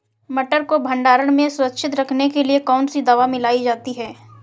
मटर को भंडारण में सुरक्षित रखने के लिए कौन सी दवा मिलाई जाती है?